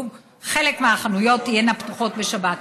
חלק מהחנויות תהיינה פתוחות בשבת.